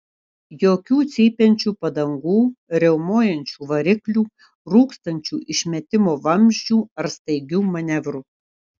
jokių cypiančių padangų riaumojančių variklių rūkstančių išmetimo vamzdžių ar staigių manevrų